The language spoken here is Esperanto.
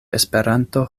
esperanto